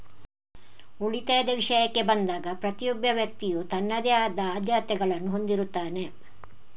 ಉಳಿತಾಯದ ವಿಷಯಕ್ಕೆ ಬಂದಾಗ ಪ್ರತಿಯೊಬ್ಬ ವ್ಯಕ್ತಿಯು ತನ್ನದೇ ಆದ ಆದ್ಯತೆಗಳನ್ನು ಹೊಂದಿರುತ್ತಾನೆ